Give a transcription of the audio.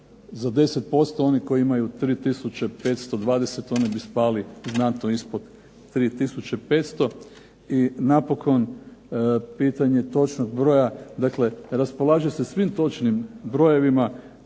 za 10% oni koji imaju 3520 oni bi spali znatno ispod 3500. I napokon pitanje točnog broja. Dakle, raspolaže se svim točnim brojevima